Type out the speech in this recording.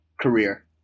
career